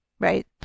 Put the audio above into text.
Right